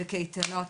בקייטנות,